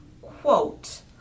quote